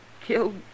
Killed